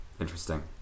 interesting